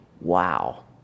Wow